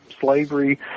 slavery